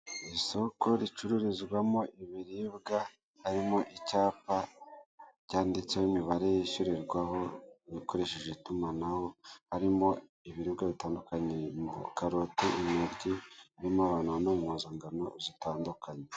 Isoko ricururizwamo ibiribwa harimo icyapa byanditseho imibare yishyurirwaho ibikoresheje b itumanaho harimo ibirwa bitandukanye karote, intoryi birimo abantu bambaye impuzangano zitandukanye.